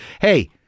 hey